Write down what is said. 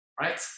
right